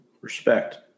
Respect